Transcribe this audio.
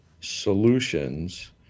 solutions